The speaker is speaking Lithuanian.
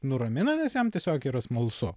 nuramina nes jam tiesiog yra smalsu